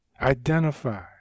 identify